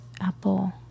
apple